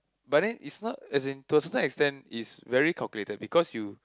but then is not as in to a certain extent is very calculated because you